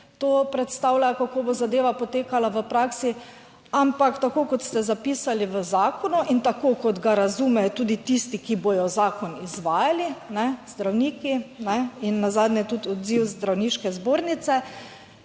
to predstavljajo, kako bo zadeva potekala v praksi? Ampak tako kot ste zapisali v zakonu in tako kot ga razumejo tudi tisti, ki bodo zakon izvajali, zdravniki in nazadnje tudi odziv Zdravniške zbornice,